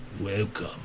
Welcome